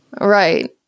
Right